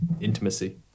intimacy